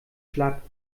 schlapp